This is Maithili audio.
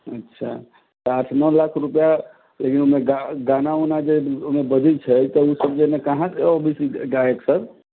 अच्छा आठ नओ लाख रुपैआ लेकिन ओहिमे गाना वाना जे ओहिमे बजै छै तऽ ओहिमे कहाँ सँ अबै छै गायक सब